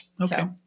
Okay